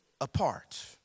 apart